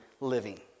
living